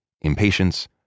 impatience